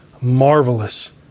marvelous